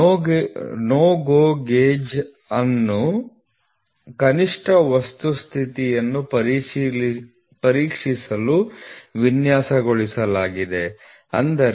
NO GO gauge ಅನ್ನು ಕನಿಷ್ಠ ವಸ್ತು ಸ್ಥಿತಿಯನ್ನು ಪರೀಕ್ಷಿಸಲು ವಿನ್ಯಾಸಗೊಳಿಸಲಾಗಿದೆ ಅಂದರೆ H